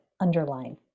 underline